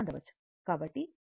కాబట్టి vt L di dt